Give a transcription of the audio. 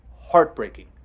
heartbreaking